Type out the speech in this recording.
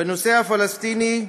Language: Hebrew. בנושא הפלסטיני,